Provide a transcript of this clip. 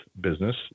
business